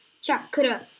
chakra